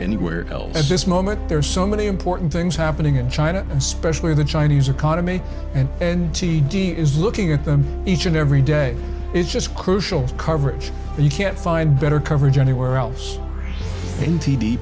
anywhere else at this moment there are so many important things happening in china especially the chinese economy and and t d is looking at them each and every day is just crucial coverage and you can't find better coverage anywhere else in